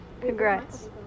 Congrats